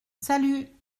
salut